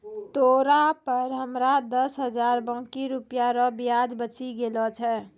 तोरा पर हमरो दस हजार बाकी रुपिया रो ब्याज बचि गेलो छय